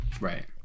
right